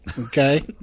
okay